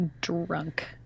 drunk